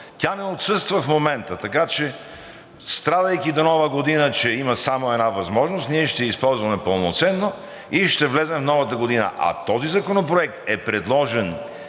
тя не отсъства в момента. Така че, страдайки до Нова година, че има само една възможност, ние ще я използваме пълноценно и ще влезем в новата година. А този законопроект е предложен